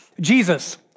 Jesus